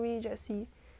there's such things as